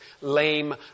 lame